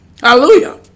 Hallelujah